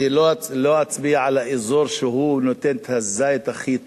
אני לא אצביע על האזור שנותן את הזית הכי טוב,